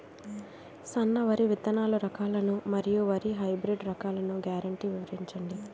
సన్న వరి విత్తనాలు రకాలను మరియు వరి హైబ్రిడ్ రకాలను గ్యారంటీ వివరించండి?